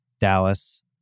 Dallas